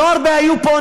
לא הרבה היו פה,